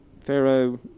Pharaoh